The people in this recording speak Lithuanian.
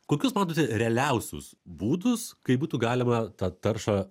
kokius matote realiausius būdus kaip būtų galima tą taršą